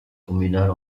communale